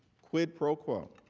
quid pro quo.